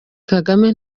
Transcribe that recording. kagame